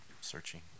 Searching